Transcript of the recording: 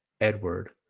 Edward